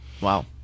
Wow